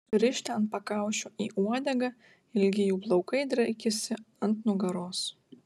surišti ant pakaušio į uodegą ilgi jų plaukai draikėsi ant nugaros